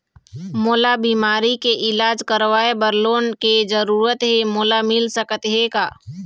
मोला बीमारी के इलाज करवाए बर लोन के जरूरत हे मोला मिल सकत हे का?